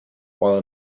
while